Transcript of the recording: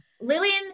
Lillian